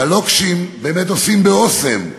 ולוקשים באמת עושים ב"אסם",